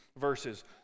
verses